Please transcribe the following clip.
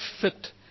fit